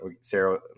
Sarah